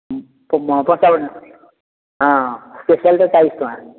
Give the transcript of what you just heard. ପଞ୍ଚାବନ ଚାଉଳ ହଁ ସ୍ପେଶାଲ୍ଟା ଚାଳିଶ ଟଙ୍କା